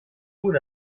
would